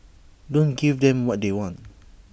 don't give them what they want